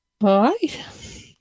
right